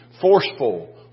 forceful